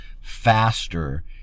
faster